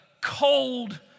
cold